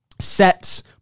sets